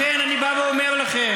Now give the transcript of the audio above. לכן אני בא ואומר לכם,